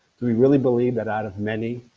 do we really believe that out of many,